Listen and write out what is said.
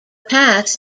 pass